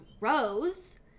rose